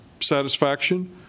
satisfaction